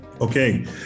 Okay